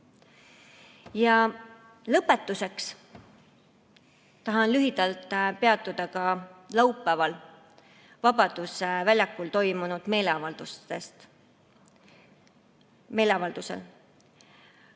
Lõpetuseks tahan lühidalt peatuda ka laupäeval Vabaduse väljakul toimunud meeleavaldusel.